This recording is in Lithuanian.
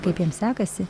kaip jiems sekasi